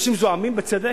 אנשים זועמים, בצדק.